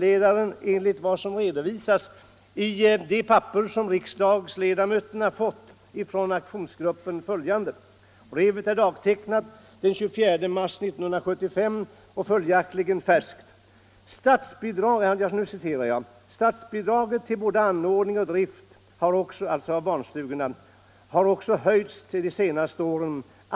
Enligt vad som redovisas i det papper som riksdagsledamöterna har fått från aktionsgruppen skriver partiledaren där följande — brevet är dagtecknat den 24 mars 1975 och är följaktligen färskt: ”Statsbidraget till både anordning och drift har också successivt höjts de senaste åren.